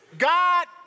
God